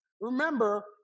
remember